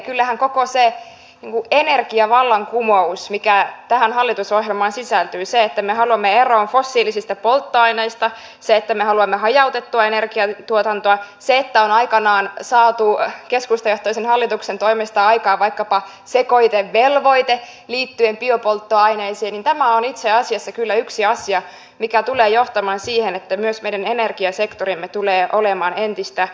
kyllähän koko se energiavallankumous mikä tähän hallitusohjelmaan sisältyi se että me haluamme eroon fossiilisista polttoaineista se että me haluamme hajautettua energiatuotantoa se että on aikanaan saatu keskustajohtoisen hallituksen toimesta aikaan vaikkapa sekoitevelvoite liittyen biopolttoaineisiin on itse asiassa kyllä yksi asia mikä tulee johtamaan siihen että myös meidän energiasektorimme tulee olemaan entistä hajautuneempi